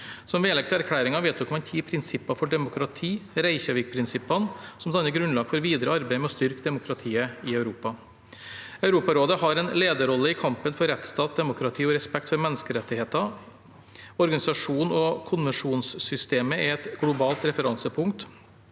Som vedlegg til erklæringen vedtok man ti prinsipper for demokrati, Reykjavik-prinsippene, som danner grunnlag for videre arbeid med å styrke demokratiet i Europa. Europarådet har en lederrolle i kampen for rettsstat, demokrati og respekt for menneskerettigheter. Organisasjonen og konvensjonssystemet er et globalt referansepunkt.